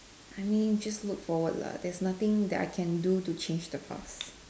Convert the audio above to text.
I mean just look forward lah there's nothing that I can do to change the past